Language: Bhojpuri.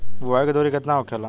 बुआई के दूरी केतना होखेला?